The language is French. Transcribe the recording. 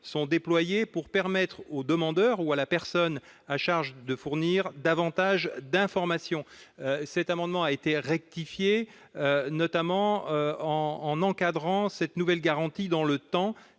sont déployés pour permettre au demandeur ou à son représentant de fournir davantage d'informations. Cet amendement a été rectifié, notamment pour encadrer cette nouvelle garantie dans le temps